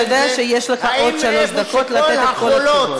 שיש לך עוד שלוש דקות לתת את כל התשובות.